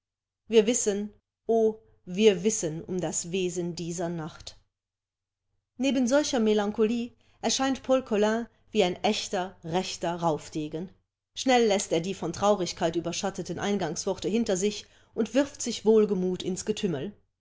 wir wissen o wir wissen um das wesen dieser nacht neben solcher melancholie erscheint paul colin wie ein echter rechter raufdegen schnell läßt er die von traurigkeit überschatteten eingangsworte hinter sich und wirft sich wohlgemut ins getümmel